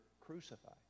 crucified